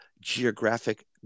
geographic